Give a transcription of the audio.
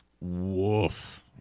woof